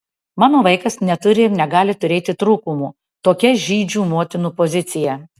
mano vaikas neturi ir negali turėti trūkumų tokia žydžių motinų pozicija